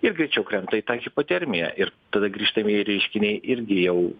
ir greičiau krenta į tą hipotermiją ir tada grįžtamieji reiškiniai irgi jau